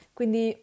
Quindi